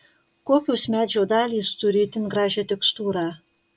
kokios medžio dalys turi itin gražią tekstūrą